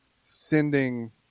sending